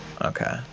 Okay